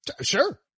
Sure